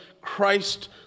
Christ